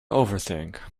overthink